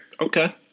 Okay